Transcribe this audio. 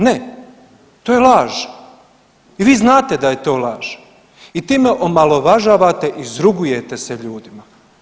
Ne, to je laž i vi znate da je to laž i time omalovažavate i izrugujete se ljudima.